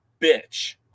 bitch